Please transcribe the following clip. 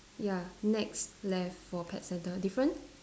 ya next left for pet centre different